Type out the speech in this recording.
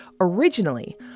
Originally